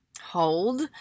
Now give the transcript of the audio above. hold